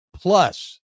Plus